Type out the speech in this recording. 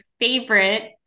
favorite